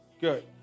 Good